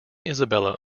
isabella